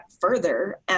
further